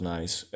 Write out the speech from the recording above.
Nice